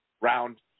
round